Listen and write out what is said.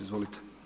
Izvolite.